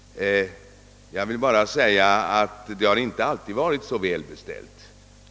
Men det har inte alltid varit så väl beställt.